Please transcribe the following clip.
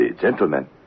gentlemen